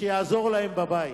שיעזור להם בבית,